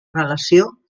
relació